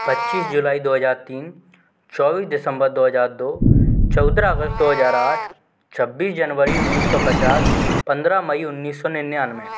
पच्चीस जुलाई दो हज़ार तीन चौबीस दिसंबर दो हज़ार दो चौदह अगस्त दो हज़ार आठ छब्बीस जनवरी उन्नीस सौ पचास पन्द्रह मई उन्नीस सौ निन्यानवे